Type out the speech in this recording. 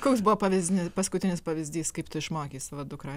koks buvo pavyzdini paskutinis pavyzdys kaip tu išmokei savo dukrą